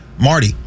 Marty